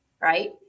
Right